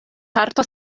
parto